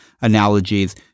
analogies